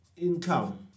Income